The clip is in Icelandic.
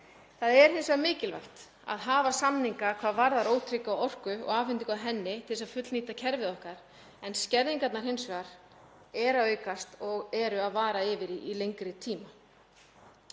Það er hins vegar mikilvægt að hafa samninga hvað varðar ótrygga orku og afhendingu á henni til þess að fullnýta kerfið okkar en skerðingarnar eru hins vegar að aukast og vara yfir í lengri tíma.